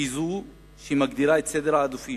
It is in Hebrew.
שכן היא זו שמגדירה את סדר העדיפויות